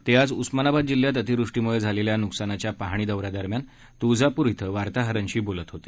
ते आज उस्मानाबाद जिल्ह्यात अतिवृष्टीमुळे झालेल्या नुकसानाच्या पाहणी दौऱ्यादरम्यान तुळजापूर इथं पत्रकारांशी बोलत होते